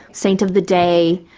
saint of the day.